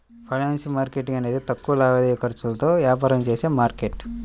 financial market అనేది తక్కువ లావాదేవీ ఖర్చులతో వ్యాపారం చేసే మార్కెట్